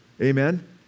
Amen